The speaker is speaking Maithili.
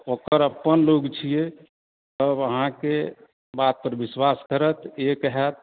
ओकर अपन लोक छियै सभ अहाँके बातपर विश्वास करत एक होयत